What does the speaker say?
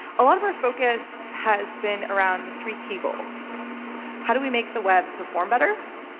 a lot of our focus has been around three key goals how do we make the web perform better,